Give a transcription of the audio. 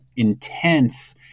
intense